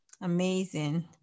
Amazing